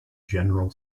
general